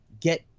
get